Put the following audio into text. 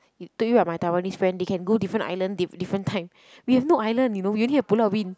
told you [what] my Taiwanese friend they can go different island diff~ different time we have no island you know we only have Pulau-Ubin